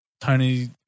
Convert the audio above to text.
Tony